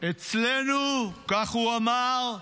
אצלנו, כך הוא אמר,